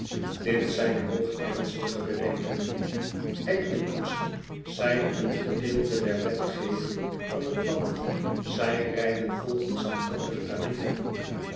dit zijnhoogernstige bedenkingen hackney koetsen zijn een gedeelte der wetgeving van het land zij rijden volgens een wettig tarief